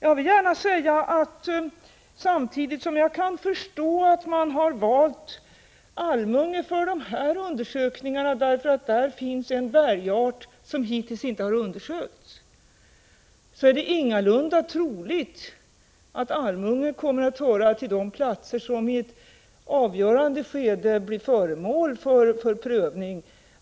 Jag vill gärna säga att samtidigt som jag kan förstå att man har valt Almunge när det gäller de här undersökningarna, och det har man gjort därför att där finns en bergart som hittills inte har undersökts, är det ingalunda troligt att Almunge kommer att vara en av de platser som i ett avgörande skede blir föremål för prövning.